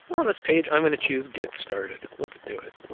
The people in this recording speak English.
on this page, i'm gonna choose, get started. let's do it.